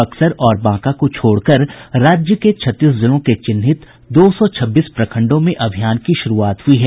बक्सर और बांका को छोड़कर राज्य के छत्तीस जिलों के चिन्हित दो सौ छब्बीस प्रखंडों में अभियान की शुरूआत हुई है